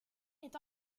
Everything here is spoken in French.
est